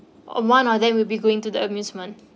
on one of them we'll be going to the amusement